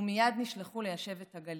ומייד נשלחו ליישב את הגליל.